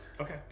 Okay